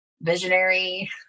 visionary